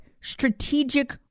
strategic